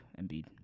Embiid